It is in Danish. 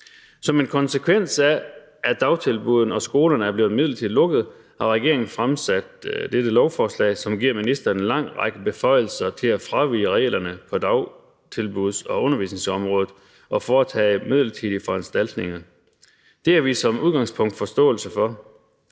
Som en konsekvens af, at dagtilbuddene og skolerne er blevet midlertidigt lukket, har regeringen fremsat dette lovforslag, som giver ministeren en lang række beføjelser til at fravige reglerne på dagtilbuds- og undervisningsområdet og foretage midlertidige foranstaltninger. Det har vi som udgangspunkt forståelse for.